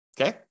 Okay